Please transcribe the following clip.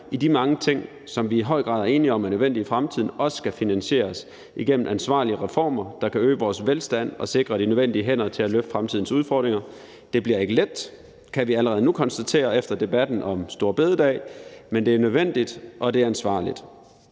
i de mange ting, som vi i høj grad er enige om er nødvendige i fremtiden, også skal finansieres igennem ansvarlige reformer, der kan øge vores velstand og sikre de nødvendige hænder til at løfte fremtidens udfordringer. Det bliver ikke let, kan vi allerede nu konstatere efter debatten om store bededag, men det er nødvendigt, og det er ansvarligt.